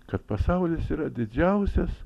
kad pasaulis yra didžiausias